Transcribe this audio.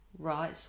Right